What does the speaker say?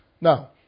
Now